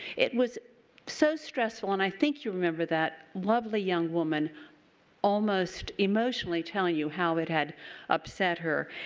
it was so stressful. and i think you remember that lovely young woman almost emotionally telling you how it had upset her.